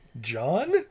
John